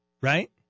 right